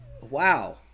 Wow